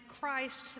Christ